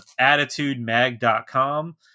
attitudemag.com